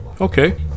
Okay